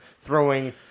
throwing